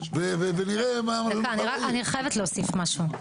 דקה, אני חייבת להוסיף משהו.